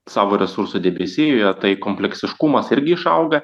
savo resursų debesijoje tai kompleksiškumas irgi išauga